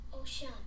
Ocean